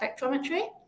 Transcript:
spectrometry